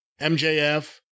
MJF